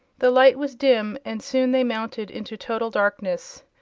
the light was dim, and soon they mounted into total darkness,